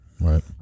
Right